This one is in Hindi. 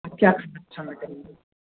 आप क्या खाना पसन्द करेंगे